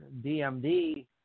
DMD